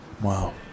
Wow